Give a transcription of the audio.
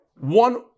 One